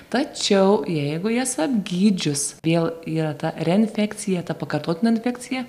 tačiau jeigu jas apgydžius vėl yra ta reinfekcija tą pakartotina infekcija